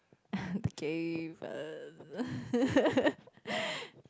they gave us